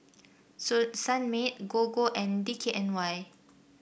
Sunmaid Gogo and D K N Y